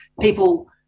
People